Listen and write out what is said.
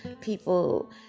people